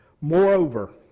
Moreover